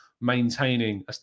maintaining